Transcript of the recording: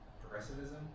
Progressivism